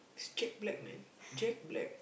is Jack-Black man Jack-Black